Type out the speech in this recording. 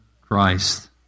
Christ